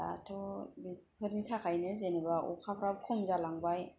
दाथ' बेफोरनि थाखायनो जेनबा अखाफ्रा खम जालांबाय